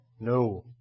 No